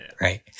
Right